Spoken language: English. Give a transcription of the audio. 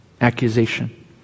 accusation